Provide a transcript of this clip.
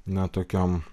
na tokiom